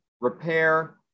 repair